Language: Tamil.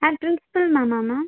யாரு பிரின்ஸ்பல் மேம்மா மேம்